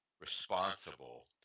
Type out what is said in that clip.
responsible